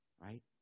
right